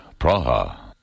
Praha